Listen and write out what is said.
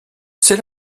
c’est